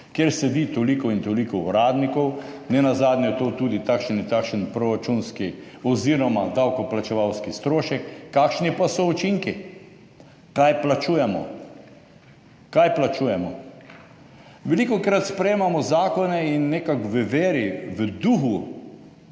kjer sedi toliko in toliko uradnikov, nenazadnje je to tudi takšen in takšen proračunski oz. davkoplačevalski strošek. Kakšni pa so učinki? Kaj plačujemo? Kaj plačujemo? Velikokrat sprejemamo zakone in nekako v veri, v duhu